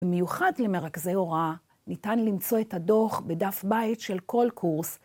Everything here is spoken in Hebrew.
במיוחד למרכזי הוראה, ניתן למצוא את הדו"ח בדף בית של כל קורס.